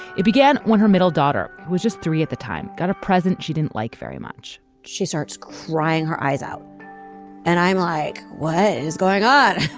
it began when her middle daughter was just three at the time got a present she didn't like very much. she starts crying her eyes out and i'm like what is going on.